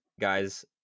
guys